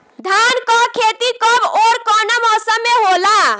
धान क खेती कब ओर कवना मौसम में होला?